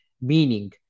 meaning